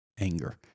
anger